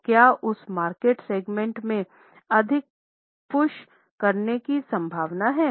तो क्या उस मार्केट सेगमेंट में अधिक पुश करने की संभावना है